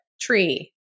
tree